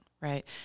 Right